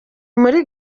muri